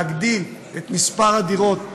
להגדיל את מספר הדירות,